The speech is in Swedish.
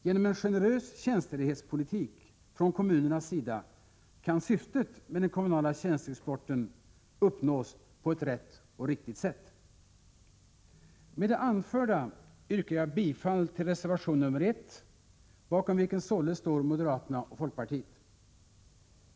Genom en generös tjänstledighetspolitik från kommunernas sida kan syftet med den kommunala tjänsteexporten uppnås på ett rätt och riktigt sätt. Med det anförda yrkar jag bifall till reservation nr 1, bakom vilken således står moderaterna och folkpartiet.